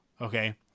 Okay